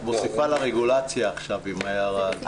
את מוסיפה לרגולציה עכשיו עם ההערה הזאת.